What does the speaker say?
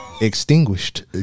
extinguished